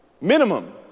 Minimum